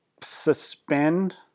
suspend